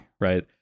right